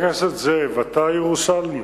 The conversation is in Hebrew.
זאב שאל את שר הביטחון